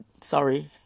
Sorry